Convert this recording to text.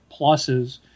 pluses